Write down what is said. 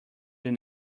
than